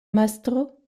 mastro